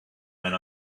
men